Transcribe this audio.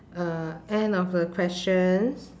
uh end of the questions